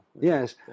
yes